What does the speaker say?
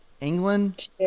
England